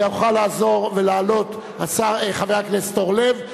יוכל לחזור ולעלות חבר הכנסת אורלב,